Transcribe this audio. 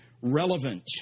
relevant